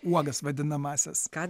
uogas vadinamąsias